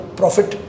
profit